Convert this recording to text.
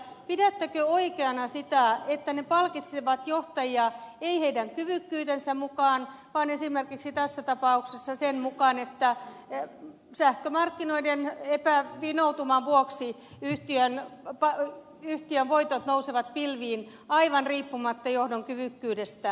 pidättekö oikeana sitä että ne palkitsevat johtajia ei heidän kyvykkyytensä mukaan vaan esimerkiksi tässä tapauksessa sen mukaan että sähkömarkkinoiden vinoutuman vuoksi yhtiön voitot nousevat pilviin aivan riippumatta johdon kyvykkyydestä